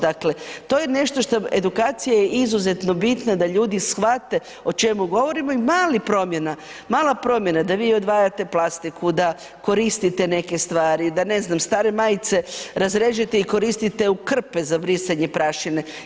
Dakle, to je nešto što, edukacija je izuzetno bitna da ljudi shvate o čemu govorimo i mala promjena da vi odvajate plastiku, da koristite neke stvari, da, ne znam, stare majice razrežete i koristite u krpe za brisanje prašine.